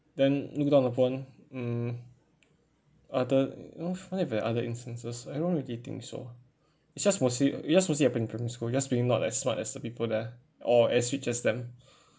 then look down upon mm other what if there are other instances I don't really think so it's just mostly it's just mostly happen in primary school just being not as smart as the people there or as rich as them